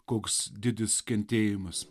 koks didis kentėjimas